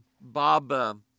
Bob